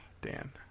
Dan